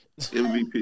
MVP